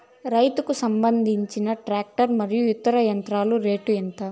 రైతుకు సంబంధించిన టాక్టర్ మరియు ఇతర యంత్రాల రేటు ఎంత?